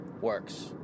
works